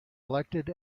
elected